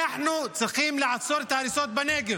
אנחנו צריכים לעצור את ההריסות בנגב.